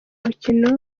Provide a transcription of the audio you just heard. mukino